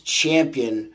champion